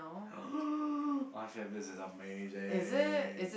Unfabulous is amazing